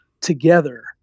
together